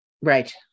Right